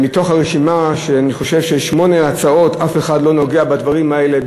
אני חושב שמתוך הרשימה של שמונה ההצעות אף אחת לא נוגעת בדברים האלה,